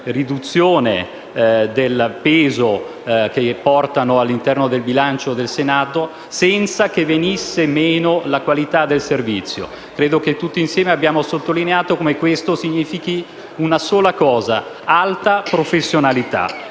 riduzione del peso all'interno del bilancio del Senato, senza che venisse meno la qualità del servizio. Tutti insieme abbiamo sottolineato come ciò significhi una sola cosa: alta professionalità.